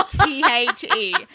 T-H-E